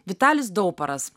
vitalis dauparas